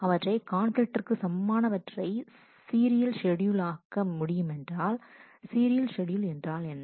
அவற்றை கான்பிலிக்ட்டிற்கு சமமானவற்றை சீரியல் ஷெட்யூல் ஆக்க முடியுமென்றால் சீரியல் ஷெட்யூல் என்றால் என்ன